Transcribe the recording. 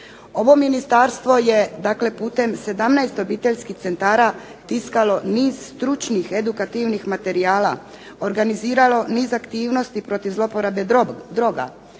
ovo Ministarstvo je dakle putem 17 obiteljskih zemalja tiskalo niz stručnih, edukativnih materijala, organiziralo niz aktivnosti radi zlouporabe droga.